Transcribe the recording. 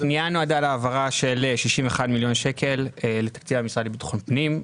הפנייה נועדה להעברת 61 מיליון שקל לתקציב המשרד לביטחון פנים,